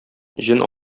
җен